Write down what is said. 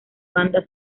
banda